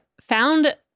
found